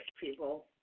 people